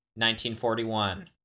1941